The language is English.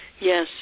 Yes